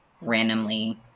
randomly